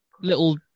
little